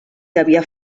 devia